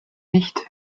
nicht